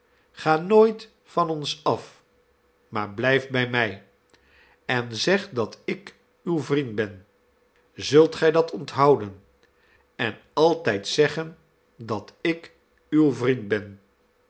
ga nooit van ons af maar blijf bij mij en zeg dat ik uw vriend ben zult gij dat onthouden en altijd zeggen dat ik uw vriend ben